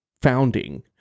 founding